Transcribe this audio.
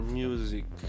music